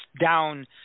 down